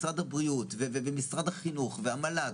משרד הבריאות ומשרד החינוך והמל"ג,